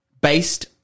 based